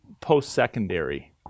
post-secondary